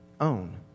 own